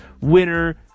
winner